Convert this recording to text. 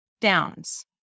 downs